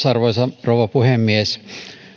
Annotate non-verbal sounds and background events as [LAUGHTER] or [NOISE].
[UNINTELLIGIBLE] arvoisa rouva puhemies